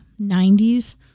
90s